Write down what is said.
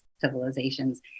civilizations